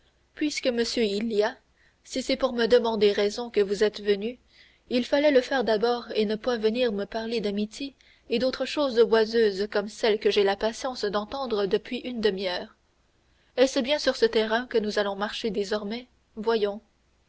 puisque monsieur il y a si c'est pour me demander raison que vous êtes venu il fallait le faire d'abord et ne point venir me parler d'amitié et d'autres choses oiseuses comme celles que j'ai la patience d'entendre depuis une demi-heure est-ce bien sur ce terrain que nous allons marcher désormais voyons